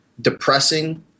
depressing